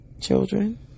children